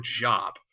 job